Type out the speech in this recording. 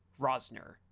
Rosner